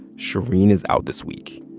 shereen is out this week.